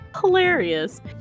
hilarious